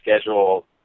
schedule